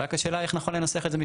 רק השאלה איך נכון לנסח את זה משפטית.